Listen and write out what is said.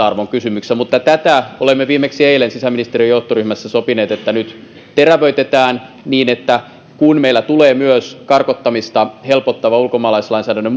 arvon kysymyksissä olemme viimeksi eilen sisäministeriön johtoryhmässä sopineet että nyt tätä terävöitetään niin että kun meillä tulee myös karkottamista helpottava ulkomaalaislainsäädännön